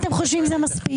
אתם חושבים שזה מספיק.